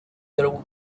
there